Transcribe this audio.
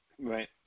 Right